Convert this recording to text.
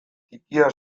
ttikia